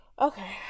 Okay